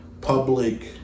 public